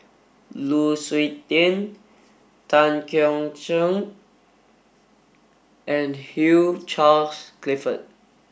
Lu Suitin Tan Keong Choon and Hugh Charles Clifford